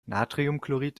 natriumchlorid